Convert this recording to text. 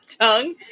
tongue